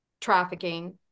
trafficking